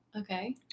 okay